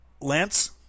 Lance